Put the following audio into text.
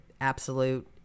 absolute